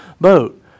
boat